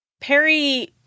Perry